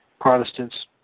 Protestants